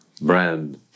brand